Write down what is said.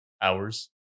hours